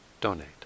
donate